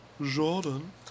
Jordan